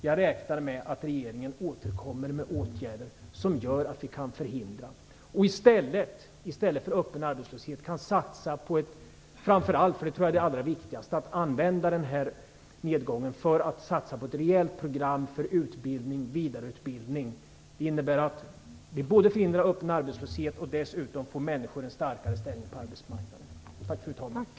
Jag räknar nämligen med att regeringen återkommer med åtgärder som gör att vi kan förhindra nämnda utveckling och i stället för att få en ökad öppen arbetslöshet kan satsa på att använda nedgången framför allt till satsningar på ett rejält program för utbildning och vidareutbildning. Det innebär att vi förhindrar en ökad öppen arbetslöshet. Dessutom får människor en starkare ställning på arbetsmarknaden.